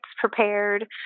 prepared